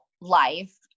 life